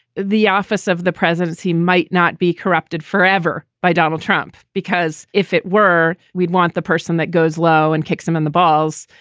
the office of the presidency might not be corrupted forever by donald trump, because if it were, we'd want the person that goes low and kicks him in the balls.